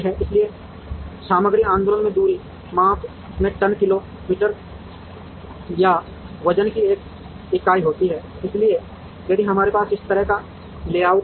इसलिए सामग्री आंदोलन में दूरी माप में टन किलो मीटर या वजन की एक इकाई होती है इसलिए यदि हमारे पास इस तरह का एक लेआउट है